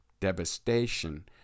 devastation